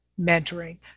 mentoring